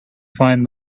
find